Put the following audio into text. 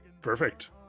perfect